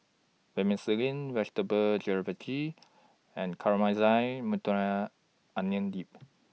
Vermicelli Vegetable Jalfrezi and Caramelized Onion Dip